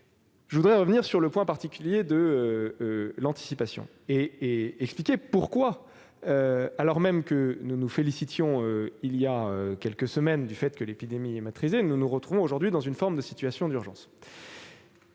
à évoluer. J'en viens au point particulier de l'anticipation et je tiens à expliquer pourquoi, alors même que nous nous félicitions il y a quelques semaines du fait que l'épidémie était maîtrisée, nous nous retrouvons aujourd'hui dans une forme de situation d'urgence.